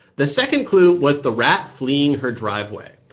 the second clue was the rat fleeing her driveway.